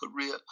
career